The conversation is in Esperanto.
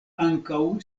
ankaŭ